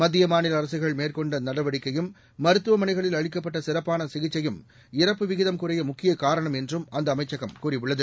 மத்திய மாநில அரசுகள் மேற்கொண்ட நடவடிக்கையும் மருத்துவமனைகளில் அளிக்கப்பட்ட சிறப்பான சிகிச்சையும் இறப்பு விகிதம் குறைய முக்கியக் காரணம் என்றும் அந்த அமைச்சகம் கூறியுள்ளது